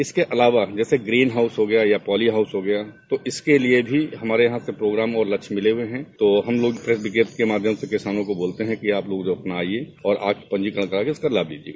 इसके अलावा जैसे ग्रीन हाउस हो गया या पॉली हाउस हो गया तो इसके लिये भी हमारे यहां से प्रोग्राम और लक्ष्य मिले हुए है तो हम लोग विज्ञप्ति के माध्यम से किसानों को बोलते हैं कि आप लोग अपना आइये और आकर पंजीकरण करा कर इसका लाभ लीजिये